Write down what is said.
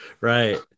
Right